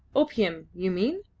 opium, you mean?